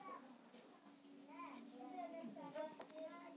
कर प्रतिस्पर्धा के सरकार राजकोषीय बोझ के कम करै बासते उपयोग करै छै